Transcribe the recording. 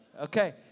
Okay